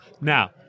Now